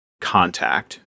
contact